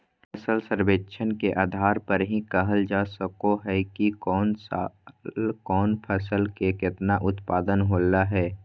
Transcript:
फसल सर्वेक्षण के आधार पर ही कहल जा सको हय कि कौन साल कौन फसल के केतना उत्पादन होलय हें